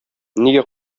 нигә